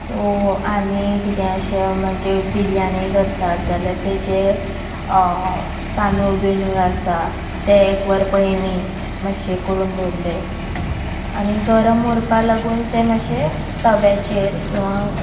so आनी कितें अशें म्हणजे बिर्याणी करता जाल्यार तेचे तांदूळ बिंदूळ आसा ते एक वर पयली मातशें हें करून दवरलें आनी गरम उरपा लागून ते मातशें तव्याचेर किंवा